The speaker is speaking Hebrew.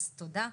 אז תודה.